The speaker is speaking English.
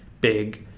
big